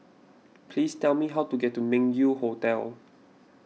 please tell me how to get to Meng Yew Hotel